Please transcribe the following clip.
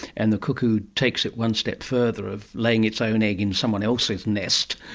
and the cuckoo takes it one step further of laying its own egg in someone else's nest.